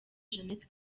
jeannette